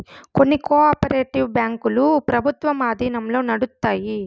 కొన్ని cooperative బ్యాంకులు ప్రభుత్వం ఆధీనంలో నడుత్తాయి